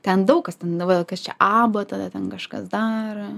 ten daug kas ten galvojo kas čia abba tada ten kažkas dar